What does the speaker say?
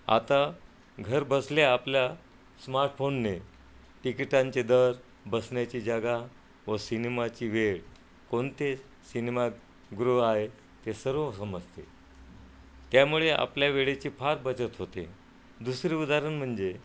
आता घर बसल्या आपल्या स्मार्टफोनने तिकिटांचे दर बसण्याची जागा व सिनेमाची वेळ कोणते सिनेमागृह आहे ते सर्व समजते त्यामुळे आपल्या वेळेची फार बचत होते दुसरे उदाहरण म्हणजे